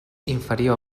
inferior